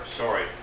sorry